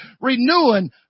renewing